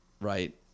Right